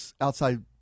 outside